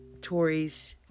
tories